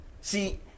See